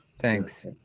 Thanks